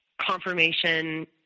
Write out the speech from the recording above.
confirmation